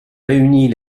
réunit